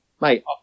mate